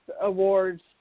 Awards